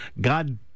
God